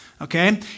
okay